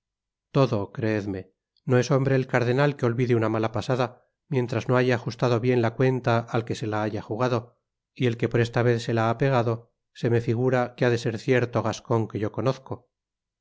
todo creedme no es hombre el cardenal que olvide una mala pasada mientras no haya ajustado bien la cuenta al que se la haya jugado y el que por esta vez se la ha pegado se me figura que ha de ser cierto gascon que yo conozco